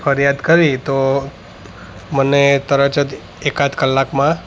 તો ફરિયાદ કરી તો મને તરત જ એકાદ કલાકમાં